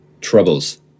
troubles